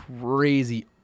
crazy